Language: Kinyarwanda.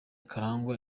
karangwa